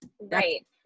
Right